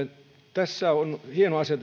tässä kokonaisuudessa on hieno asia